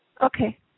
Okay